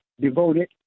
devoted